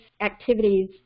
activities